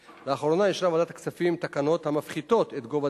לאחרונה אישרה ועדת הכספים תקנות המפחיתות את גובה